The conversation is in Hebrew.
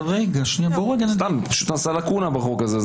יש לקונה בחוק הזה.